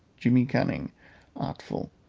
jimmy cunning artful,